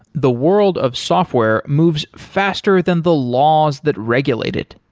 the world of software moves faster than the laws that regulate it.